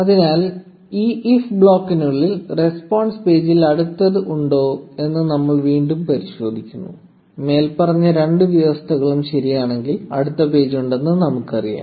അതിനാൽ ഈ if ബ്ലോക്കിനുള്ളിൽ റെസ്പോൺസ് പേജിൽ അടുത്തത് ഉണ്ടോ എന്ന് നമ്മൾ വീണ്ടും പരിശോധിക്കുന്നു മേൽപ്പറഞ്ഞ രണ്ട് വ്യവസ്ഥകളും ശരിയാണെങ്കിൽ അടുത്ത പേജ് ഉണ്ടെന്ന് നമുക്കറിയാം